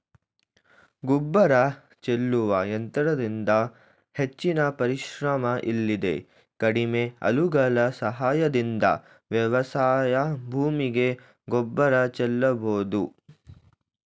ಗೊಬ್ಬರ ಚೆಲ್ಲುವ ಯಂತ್ರದಿಂದ ಹೆಚ್ಚಿನ ಪರಿಶ್ರಮ ಇಲ್ಲದೆ ಕಡಿಮೆ ಆಳುಗಳ ಸಹಾಯದಿಂದ ವ್ಯವಸಾಯ ಭೂಮಿಗೆ ಗೊಬ್ಬರ ಚೆಲ್ಲಬೋದು